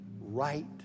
right